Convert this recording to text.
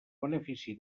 benefici